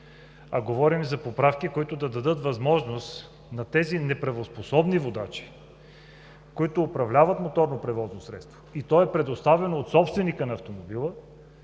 говорим за поправки, които да дадат възможност на тези неправоспособни водачи, които управляват моторно превозно средство, предоставено от собственика на автомобила